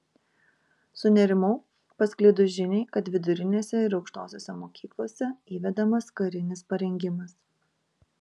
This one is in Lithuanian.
sunerimau pasklidus žiniai kad vidurinėse ir aukštosiose mokyklose įvedamas karinis parengimas